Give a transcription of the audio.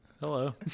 Hello